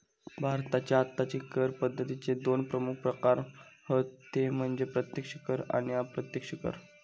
भारताची आत्ताची कर पद्दतीचे दोन प्रमुख प्रकार हत ते म्हणजे प्रत्यक्ष कर आणि अप्रत्यक्ष कर